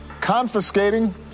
confiscating